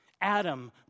Adam